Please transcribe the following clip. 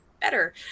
better